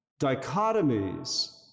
dichotomies